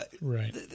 right